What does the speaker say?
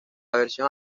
versión